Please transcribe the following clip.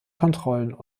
kontrollen